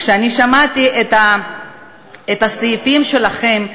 כששמעתי את הסעיפים שלכם,